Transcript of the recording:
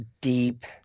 deep